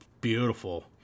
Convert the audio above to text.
beautiful